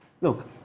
Look